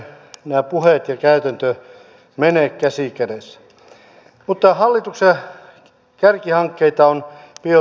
nämä puheet ja käytäntö eivät mene käsi kädessä